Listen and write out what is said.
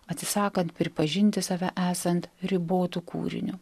atsisakant pripažinti save esant ribotu kūriniu